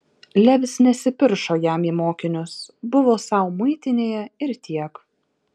levis nesipiršo jam į mokinius buvo sau muitinėje ir tiek